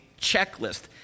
checklist